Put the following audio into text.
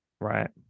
Right